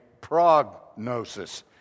prognosis